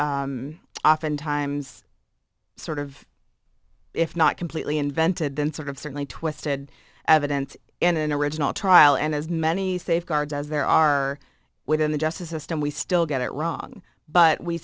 oftentimes sort of if not completely invented then sort of certainly twisted evidence in an original trial and as many safeguards as there are within the justice system we still get it wrong but we